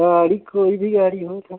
गाड़ी कोई भी गाड़ी हो सर